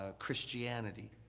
ah christianity.